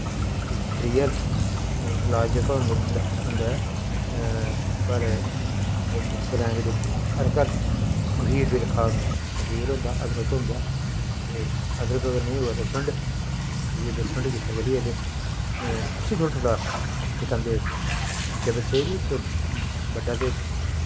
ते त्री हैल्प लाज़ जेह्का होंदा ऐ घर मतलव ग्रांऽ दे बिच्च हर घर मखीर बी रक्खा होंदा ऐ मखीर होंदा अदरक होंदा ते अदरक नेईं होऐ ते सुण्ड मखीर ते सुण्ड किट्ठे करियै दे उसी थोह्ड़ा थोह्ड़ा चटांदे निक्कै बच्चे बी ते बड्डा ते